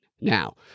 now